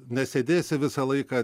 nesėdėsi visą laiką